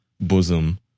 bosom